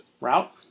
Route